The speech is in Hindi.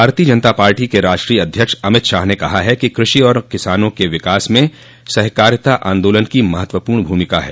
भारतीय जनता पार्टी के राष्ट्रीय अध्यक्ष अमित शाह ने कहा है कि कृषि और किसानों क विकास में सहकारिता आन्दोलन की महत्वपूर्ण भूमिका है